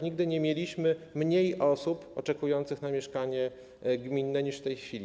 Nigdy nie mieliśmy mniej osób oczekujących na mieszkanie gminne niż w tej chwili.